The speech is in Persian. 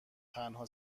تنها